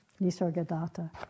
Nisargadatta